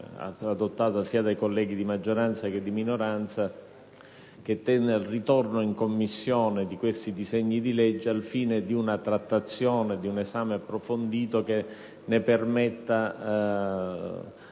adottata dai colleghi sia di maggioranza sia di minoranza, che tende al ritorno in Commissione dei disegni di legge in titolo, al fine di una trattazione e di un esame approfondito che ne permettano